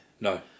No